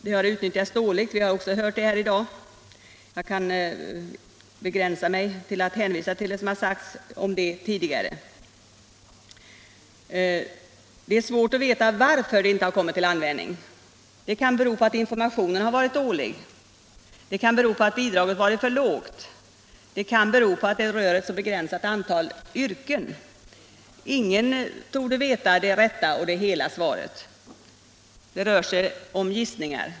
Det har utnyttjats dåligt, som vi också hört tidigare här i dag. Jag kan begränsa mig till att hänvisa till vad som då sagts om detta. Det är svårt att veta varför det inte har kommit till användning. Det kan bero på att informationen varit otillräcklig, det kan bero på att bidraget varit för lågt och det kan bero på att det rör ett så begränsat antal yrken. Ingen torde veta det rätta eller hela svaret. Det rör sig om gissningar.